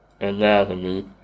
anatomy